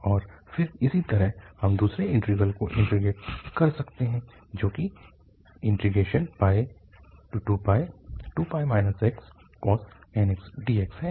और फिर इसी तरह हम दूसरे इंटीग्रल को इंटीग्रेट कर सकते हैं जो कि 2π2π xcos nx dx है